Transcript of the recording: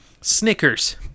Snickers